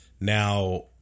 Now